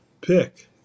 pick